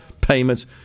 payments